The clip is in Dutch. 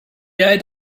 jij